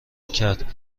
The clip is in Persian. کرد